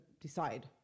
decide